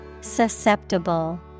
Susceptible